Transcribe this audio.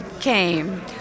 came